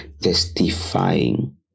testifying